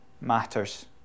matters